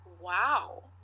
Wow